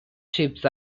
ships